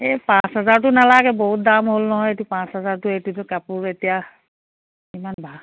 এই পাঁচ হেজাৰটো নালাগে বহুত দাম হ'ল নহয় এইটো পাঁচ হেজাৰটো এইটোতো কাপোৰতো এতিয়া কিমান দাম